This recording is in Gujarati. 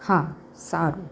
હા સારું